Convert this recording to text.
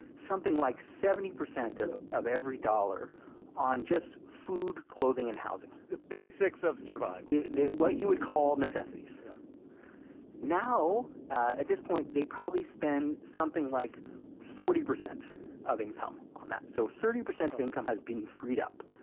something like seventy percent of of every dollar on just food, clothing and housing the basics of survival yeah what you would call necessities yeah now, at this point, they probably spend something like forty percent of income on that. so thirty percent of income has been freed up